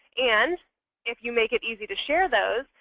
and if you make it easy to share those,